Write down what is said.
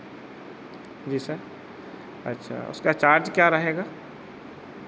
जी sir अच्छा उसका charge क्या रहेगा